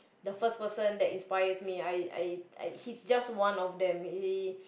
the first person that inspires me I I I he's just one of them he